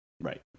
Right